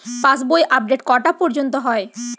পাশ বই আপডেট কটা পর্যন্ত হয়?